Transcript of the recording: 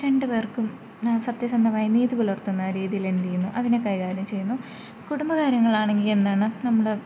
ഈ രണ്ട് പേർക്കും ഞാൻ സത്യസന്ധമായി നീതി പുലർത്തുന്ന രീതിയിൽ എന്ത് ചെയ്യുന്നു അതിനെ കൈകാര്യം ചെയ്യുന്നു കുടുംബ കാര്യങ്ങൾ ആണെങ്കിൽ എന്താണ് നമ്മൾ